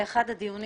זה אחד הדיונים